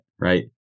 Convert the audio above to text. right